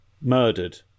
murdered